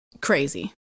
crazy